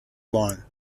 line